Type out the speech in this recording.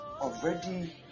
already